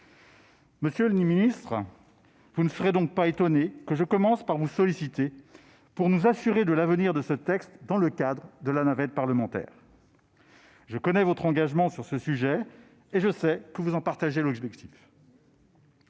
Monsieur le secrétaire d'État, vous ne serez donc pas étonné que je commence par vous solliciter pour nous assurer de l'avenir de ce texte, dans le cadre de la navette parlementaire. Je connais votre engagement sur ce sujet et je sais que vous en partagez l'objectif.